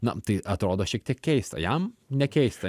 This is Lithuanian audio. na tai atrodo šiek tiek keista jam nekeista